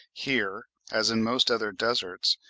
here, as in most other deserts,